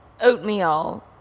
oatmeal